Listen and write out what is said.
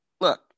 look